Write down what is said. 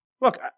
Look